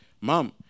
Mom